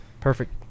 perfect